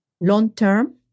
long-term